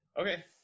Okay